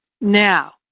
Now